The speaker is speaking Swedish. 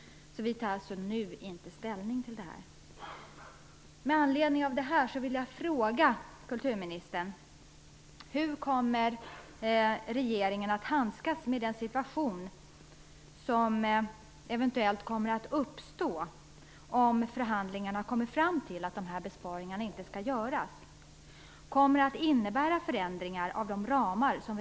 Vi tar alltså inte ställning till detta nu. Kommer det att innebära förändringar av de ramar som vi redan beslutat om för 1998 och 1999?